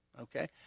okay